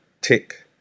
tick